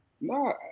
No